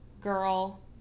girl